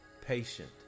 patient